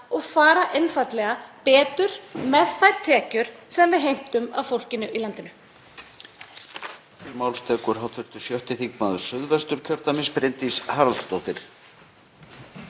og fara einfaldlega betur með þær tekjur sem við heimtum af fólkinu í landinu.